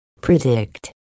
predict